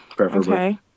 Okay